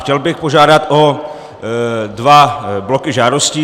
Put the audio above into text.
Chtěl bych požádat o dva bloky žádostí.